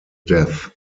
death